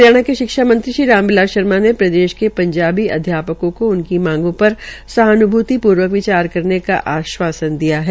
हरियाणा के शिक्षा मंत्री श्री राम बिलास शर्मा ने प्रदेश के पंजाबी अध्यापकों को उनकी मांगों पर सहान्भूति पूर्व विचार करने का आशवासन दिया है